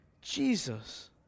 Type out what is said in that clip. Jesus